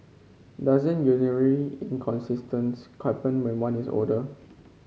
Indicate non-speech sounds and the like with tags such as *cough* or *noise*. doesn't *unintelligible* happen when one is older